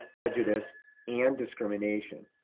prejudice and discrimination.